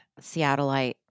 Seattleite